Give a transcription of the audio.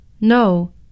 No